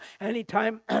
Anytime